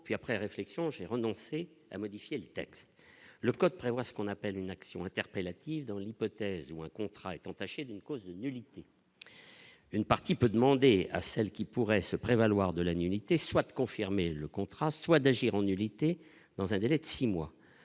puis après réflexion, j'ai renoncé à modifier le texte, le code prévoit ce qu'on appelle une action interpellative dans l'hypothèse où un contrat est entaché d'une cause de nullité une partie peut demander à celles qui pourraient se prévaloir de la nullité soit de confirmer le contrat, soit d'agir en nullité dans un délai de 6 mois,